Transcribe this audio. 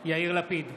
יאיר לפיד,